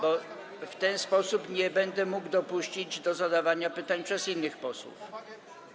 bo w ten sposób nie będę mógł dopuścić do zadawania pytań przez innych posłów.